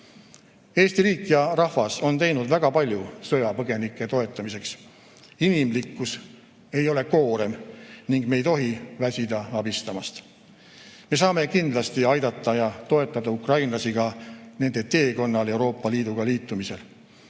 Eesti riik ja rahvas on teinud väga palju sõjapõgenike toetamiseks. Inimlikkus ei ole koorem ning me ei tohi väsida abistamast. Me saame kindlasti aidata ja toetada ukrainlasi ka nende teekonnal Euroopa Liiduga liitumisel.